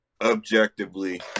objectively